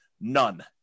None